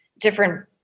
different